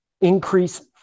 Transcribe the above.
increase